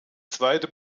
zweite